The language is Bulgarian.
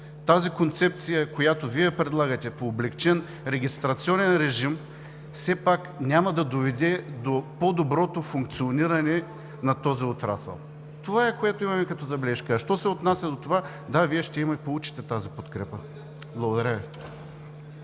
тази концепция, която Вие предлагате – по-облекчен регистрационен режим, все пак няма да доведе до по-доброто функциониране на този отрасъл. Това е, което имаме като забележка. А що се отнася до това, да, Вие ще получите тази подкрепа. Благодаря Ви.